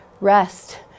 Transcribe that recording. rest